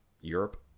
Europe